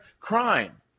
crime